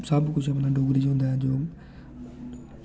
सब कुछ डोगरी च होंदा ऐ